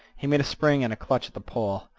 he made a spring and a clutch at the pole.